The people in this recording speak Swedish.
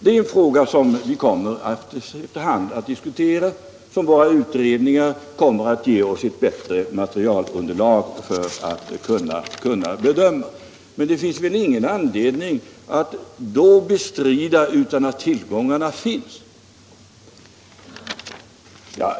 Det är en fråga som vi kommer att diskutera efter hand som våra utredningar ger oss ett bättre underlag för en bedömning. Men det finns väl då ingen anledning att bestrida att tillgångarna finns.